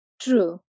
True